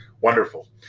Wonderful